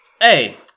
Hey